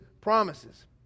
promises